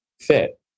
fit